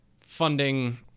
funding